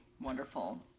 wonderful